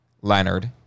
Leonard